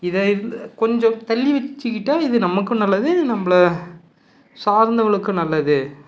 இதை கொஞ்சம் தள்ளி வச்சிக்கிட்டா இது நமக்கும் நல்லது நம்மள சார்ந்தவர்களுக்கும் நல்லது